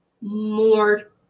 more